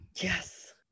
Yes